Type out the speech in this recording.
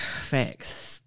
Facts